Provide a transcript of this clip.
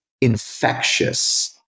infectious